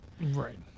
Right